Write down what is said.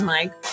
Mike